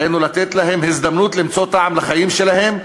עלינו לתת להם הזדמנות למצוא טעם לחיים שלהם.